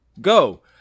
Go